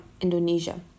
Indonesia